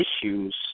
issues